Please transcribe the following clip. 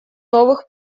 новых